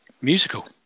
musical